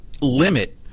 limit